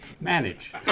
manage